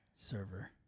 Server